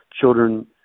children